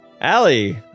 Allie